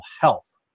Health